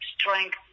strength